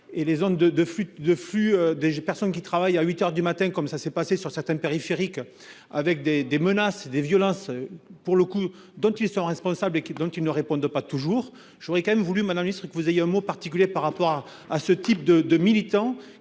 de de flûte de flux des personnes qui travaillent à 8h du matin comme ça s'est passé sur certaines périphérique avec des, des menaces et des violences. Pour le coup, dont ils sont responsables, qui donc ils ne répondent pas toujours. Je voudrais quand même voulu m'administrer que vous ayez un mot particulier par rapport à à ce type de de militants